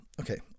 Okay